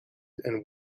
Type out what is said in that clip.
and